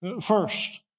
First